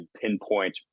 pinpoint